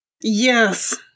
yes